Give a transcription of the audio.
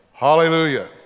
Hallelujah